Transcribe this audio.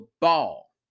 ball